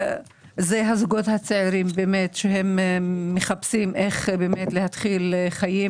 אלה הזוגות הצעירים באמת שמחפשים איך להתחיל חיים